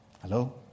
Hello